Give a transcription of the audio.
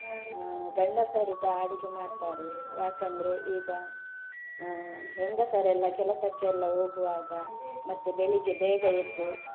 ಗಂಡಸರು ಸಹ ಅಡುಗೆ ಮಾಡ್ತಾರೆ ಯಾಕೆಂದರೆ ಈಗ ಹೆಂಗಸರೆಲ್ಲ ಕೆಲಸಕ್ಕೆಲ್ಲ ಹೋಗುವಾಗ ಮತ್ತು ಬೆಳಗ್ಗೆ ಬೇಗ ಎದ್ದು